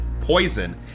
poison